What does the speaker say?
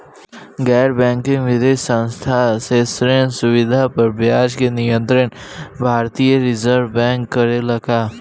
गैर बैंकिंग वित्तीय संस्था से ऋण सुविधा पर ब्याज के नियंत्रण भारती य रिजर्व बैंक करे ला का?